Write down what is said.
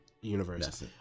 universe